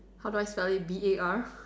how do I spell it B a R